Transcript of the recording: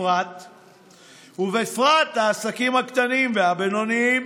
ובפרט העסקים הקטנים והבינוניים.